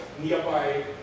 nearby